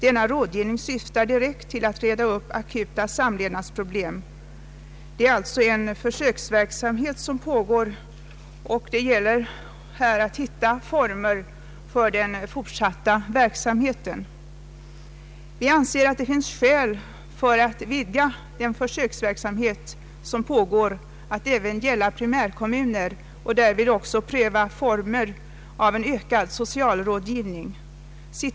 Denna rådgivning syftar direkt till att reda upp akuta samlevnadsproblem. Det är som sagt en försöksverksamhet och det gäller där att hitta former för den fortsatta verksamheten. Vi anser att det finns skäl att vidga försöksverksamheten till att omfatta även primärkommuner och att man därvid också bör pröva formen av en ökad socialrådgivningsverksamhet.